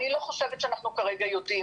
אני חושבת שאנחנו לא יודעים כרגע.